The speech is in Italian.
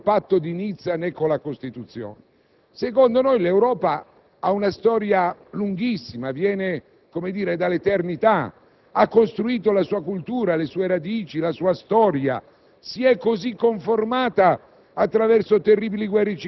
maggioranza. Secondo noi, l'Europa non nasce né con il Patto di Nizza, né con la Costituzione. Secondo noi l'Europa ha una storia lunghissima, viene dall'eternità, ha costruito la sua cultura, le sue radici, la sua storia,